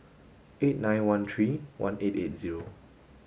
eight nine one three one eight eight zero